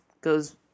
goes –